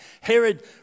Herod